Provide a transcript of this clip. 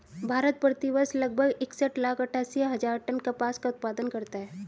भारत, प्रति वर्ष लगभग इकसठ लाख अट्टठासी हजार टन कपास का उत्पादन करता है